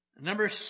Number